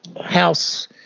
House